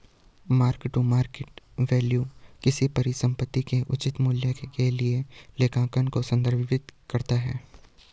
mark to market value किसी परिसंपत्ति के उचित मूल्य के लिए लेखांकन को संदर्भित करता है